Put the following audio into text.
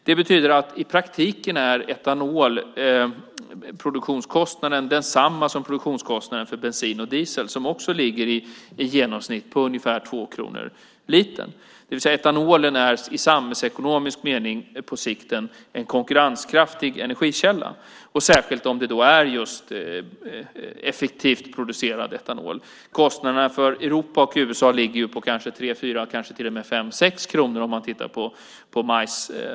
Det betyder att i praktiken är etanolproduktionskostnaden densamma som produktionskostnaden för bensin och diesel, som också ligger i genomsnitt på ungefär 2 kronor litern, det vill säga att etanolen i samhällsekonomisk mening på sikt är en konkurrenskraftig energikälla, särskilt om det är just effektivt producerad etanol. Kostnaderna för Europa och USA ligger på kanske 3-4 och kanske till och med 5-6 kronor när det gäller majs.